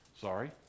Sorry